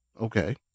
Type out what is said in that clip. Okay